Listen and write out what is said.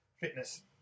Fitness